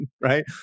right